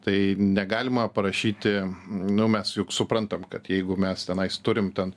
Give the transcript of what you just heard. tai negalima parašyti nu mes juk suprantam kad jeigu mes tenais turim ten